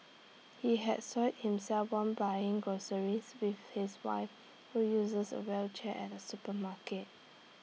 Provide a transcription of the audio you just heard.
he had soiled himself while buying groceries with his wife who uses A wheelchair at A supermarket